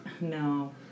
No